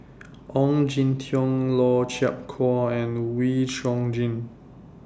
Ong Jin Teong Lau Chiap Khai and Wee Chong Jin